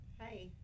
hi